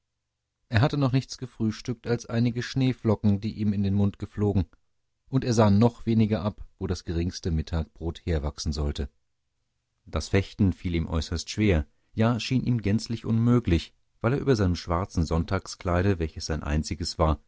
er hatte noch nichts gefrühstückt als einige schneeflocken die ihm in den mund geflogen und er sah noch weniger ab wo das geringste mittagbrot herwachsen sollte das fechten fiel ihm äußerst schwer ja schien ihm gänzlich unmöglich weil er über seinem schwarzen sonntagskleide welches sein einziges war